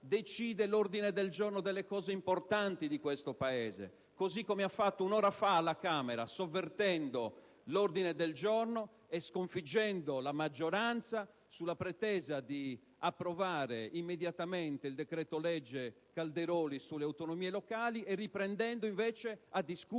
Decide l'ordine delle cose importanti di questo Paese così come ha fatto un'ora fa alla Camera, sovvertendo l'ordine del giorno e sconfiggendo la maggioranza sulla pretesa di approvare immediatamente il decreto-legge Calderoli sulle autonomie locali e riprendendo invece a discutere